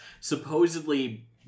supposedly